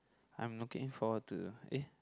I am looking for to eh